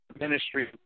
ministry